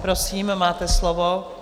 Prosím, máte slovo.